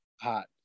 hot